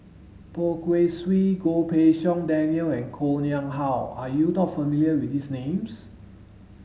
Poh Kay Swee Goh Pei Siong Daniel and Koh Nguang How are you dot familiar with these names